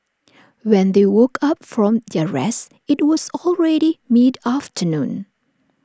when they woke up from their rest IT was already mid afternoon